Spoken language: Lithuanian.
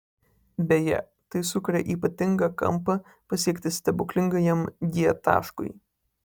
beje tai sukuria ypatingą kampą pasiekti stebuklingajam g taškui